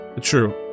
true